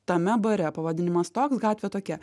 tame bare pavadinimas toks gatvė tokia